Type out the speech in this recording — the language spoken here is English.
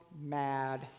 mad